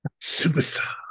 Superstar